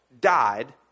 died